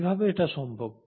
কীভাবে এটা সম্ভব